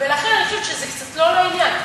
ולכן אני חושבת שזה קצת לא לעניין.